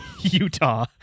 Utah